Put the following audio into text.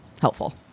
helpful